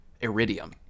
iridium